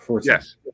Yes